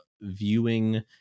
viewing